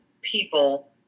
people